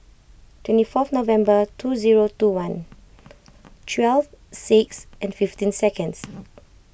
twenty fourth November two zero two one twelve six and fifteen seconds